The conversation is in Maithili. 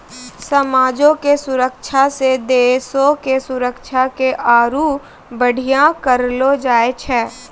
समाजो के सुरक्षा से देशो के सुरक्षा के आरु बढ़िया करलो जाय छै